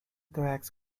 tracks